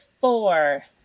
four